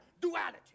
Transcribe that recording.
duality